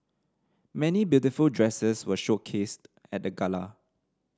many beautiful dresses were showcased at the gala